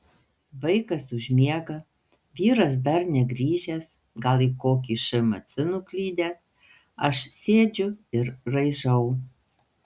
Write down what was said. vaikas užmiega vyras dar negrįžęs gal į kokį šmc nuklydęs aš sėdžiu ir raižau